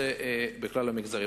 זה קיים בכל המגזרים.